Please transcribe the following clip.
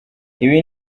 ibi